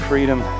Freedom